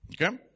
Okay